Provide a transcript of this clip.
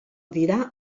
dirà